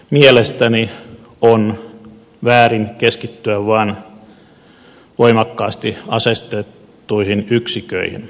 mielestäni on väärin keskittyä vain voimakkaasti aseistettuihin yksiköihin